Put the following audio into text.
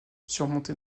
surmonté